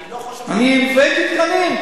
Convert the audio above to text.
אני לא חושב, אני הבאתי תקנים.